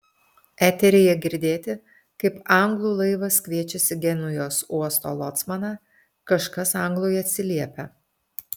eteryje girdėti kaip anglų laivas kviečiasi genujos uosto locmaną kažkas anglui atsiliepia